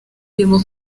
irimo